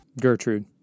Gertrude